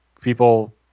people